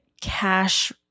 cash